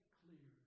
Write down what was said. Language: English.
clear